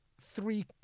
three